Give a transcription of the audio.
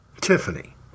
Tiffany